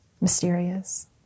mysterious